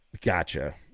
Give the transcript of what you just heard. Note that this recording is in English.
Gotcha